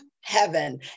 heaven